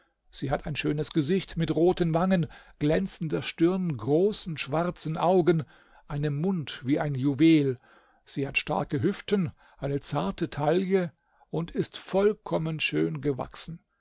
sie hat ein schönes gesicht mit roten wangen glänzender stirn großen schwarzen augen einem mund wie ein juwel sie hat starke hüften eine zarte taille und ist vollkommen schön gewachsen